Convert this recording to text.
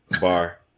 bar